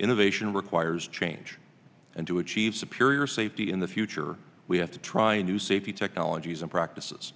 innovation requires change and to achieve superior safety in the future we have to try new safety technologies and practices